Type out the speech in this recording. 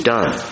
Done